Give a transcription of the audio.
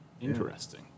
interesting